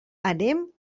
anem